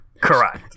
correct